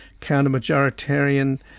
counter-majoritarian